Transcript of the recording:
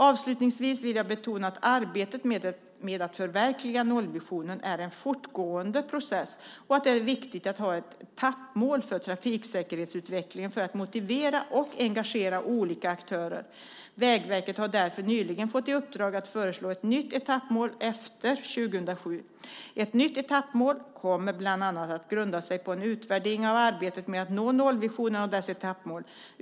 Avslutningsvis vill jag betona att arbetet med att förverkliga nollvisionen är en fortgående process och att det är viktigt att ha ett etappmål för trafiksäkerhetsutvecklingen för att motivera och engagera olika aktörer. Vägverket har därför nyligen fått i uppdrag att föreslå ett nytt etappmål efter 2007. Ett nytt etappmål kommer bland annat att grunda sig på en utvärdering av arbetet med att nå nollvisionen och dess etappmål.